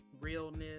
realness